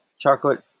chocolate